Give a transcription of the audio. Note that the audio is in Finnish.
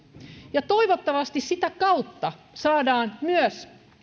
ja toivottavasti sitä kautta saadaan myös